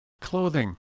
Clothing